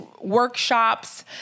workshops